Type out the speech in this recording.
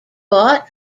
bought